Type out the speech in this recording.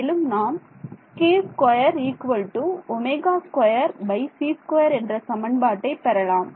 மேலும் நாம் k2 ω2c2 என்ற சமன்பாட்டை பெறலாம்